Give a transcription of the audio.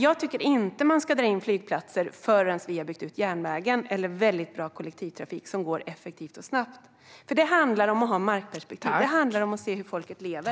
Jag tycker inte att vi ska dra in flygplatser förrän vi har byggt ut järnvägen och bra kollektivtrafik som är effektiv och snabb. Det handlar om att ha markperspektiv och se hur folk lever.